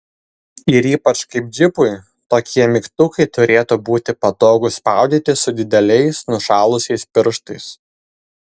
ir ypač kaip džipui tokie mygtukai turėtų būti patogūs spaudyti su dideliais nušalusiais pirštais